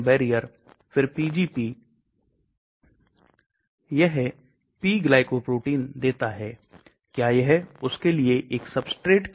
जैसा कि मैंने बताया भोजन और दवाएं निष्क्रिय प्रसार उपयोग करते हैं जैसे कि मैंने बताया जब आप भोजन और दवा को एक साथ लेते हैं तो हमेशा वहां एक प्रतियोगिता रहती है